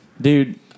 Dude